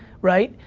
right?